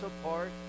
apart